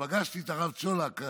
פגשתי את הרב צ'ולק,